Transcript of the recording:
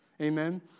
Amen